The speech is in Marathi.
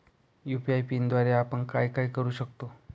यू.पी.आय पिनद्वारे आपण काय काय करु शकतो?